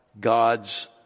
God's